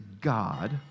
God